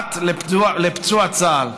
ובת לפצוע צה"ל.